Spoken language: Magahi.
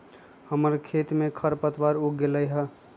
हमर खेत में खरपतवार उग गेल हई